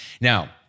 Now